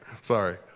Sorry